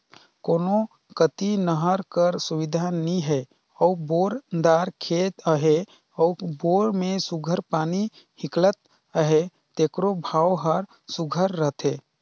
कोनो कती नहर कर सुबिधा नी हे अउ बोर दार खेत अहे अउ बोर में सुग्घर पानी हिंकलत अहे तेकरो भाव हर सुघर रहथे